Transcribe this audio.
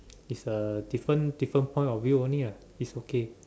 is a different different point of view only ya it's okay